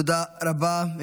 תודה רבה.